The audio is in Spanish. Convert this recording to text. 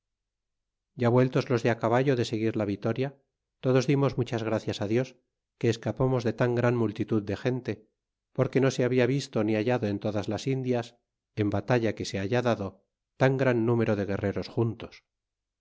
ya vueltos los de it caballo de seguir la vitorlia todos dimos muchas gracias dios que escapamos de tan gran multitud de gente porque no se habla visto ni hallado en todas las indias en batalla que se haya dado tan gran número de guerreros juntos